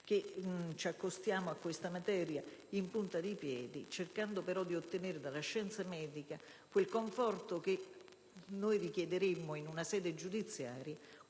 che ci accostiamo a questa materia in punta di piedi, cercando però di ottenere dalla scienza medica quel conforto che richiederemmo in una sede giudiziaria,